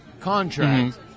contract